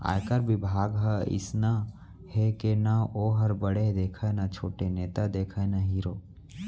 आयकर बिभाग ह अइसना हे के ना वोहर बड़े देखय न छोटे, नेता देखय न हीरो